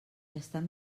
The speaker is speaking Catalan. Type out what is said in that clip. estan